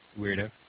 Weirdo